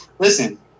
Listen